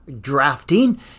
drafting